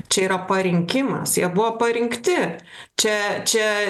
čia yra parinkimas jie buvo parinkti čia čia